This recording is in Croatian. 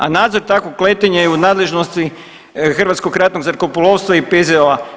A nadzor takvog letenja je u nadležnosti Hrvatskog ratnog zrakoplovstva i PZO-a.